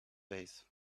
vase